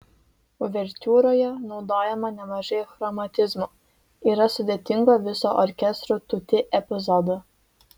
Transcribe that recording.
uvertiūroje naudojama nemažai chromatizmų yra sudėtingų viso orkestro tutti epizodų